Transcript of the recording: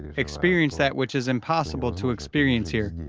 experience that which is impossible to experience here.